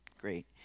great